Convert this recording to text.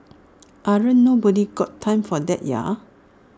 ain't nobody's got time for that ya